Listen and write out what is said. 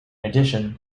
addition